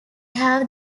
have